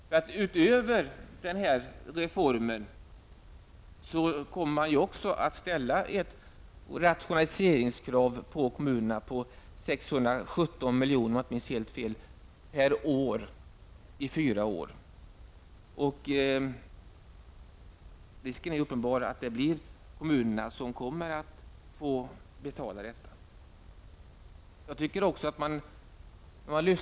Förutom den här reformen kommer man också att ställa rationaliseringskrav på kommunerna, en besparing på, om jag inte minns fel, 617 miljoner per år under 4 år. Risken är uppenbar att det blir kommunerna som får betala detta.